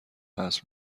وصل